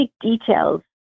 details